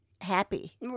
happy